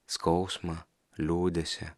skausmą liūdesį